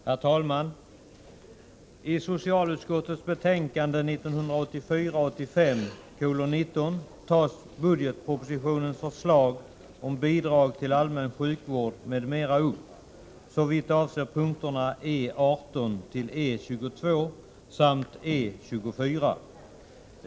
Herr talman! I socialutskottets betänkande 1984/85:19 tas budgetpropositionens förslag om bidrag till allmän sjukvård m.m. upp, såvitt avser punkterna E 18-E 22 samt E 24.